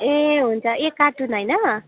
ए हुन्छ एक कार्टुन होइन